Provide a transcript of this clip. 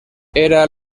hera